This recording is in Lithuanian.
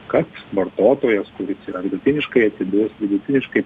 kad vartotojas kuris yra vidutiniškai atidus vidutiniškai